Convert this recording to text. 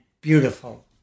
beautiful